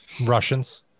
russians